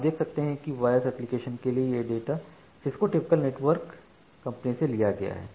आप देख सकते हैं कि वॉयस एप्लिकेशन के लिए यह data Cisco typical networking company से लिया गया है